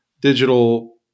digital